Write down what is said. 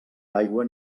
aigua